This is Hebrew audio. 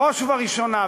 בראש ובראשונה,